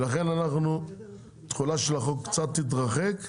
ולכן תחולת החוק קצת תתרחק,